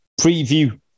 preview